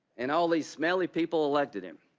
and all these smelly people elected him.